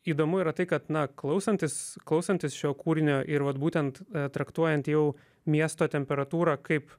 įdomu yra tai kad na klausantis klausantis šio kūrinio ir vat būtent traktuojant jau miesto temperatūrą kaip